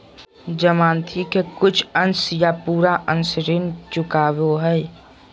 जमानती के कुछ अंश या पूरा अंश ऋण चुकावो हय